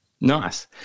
Nice